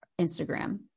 Instagram